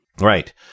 Right